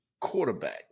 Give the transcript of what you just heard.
quarterback